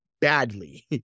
badly